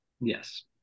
Yes